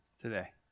Today